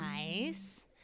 nice